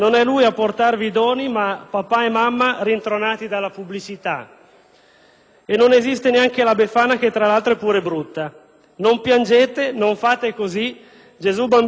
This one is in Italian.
E non esiste neanche la Befana, che tra l'altro è pure brutta. Non piangete, non fate così. Gesù bambino, lui esiste, ma ha cose più serie da fare che andare in giro a portare i pacchi».